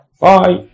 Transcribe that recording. Bye